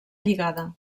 lligada